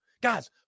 Guys